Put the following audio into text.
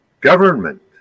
government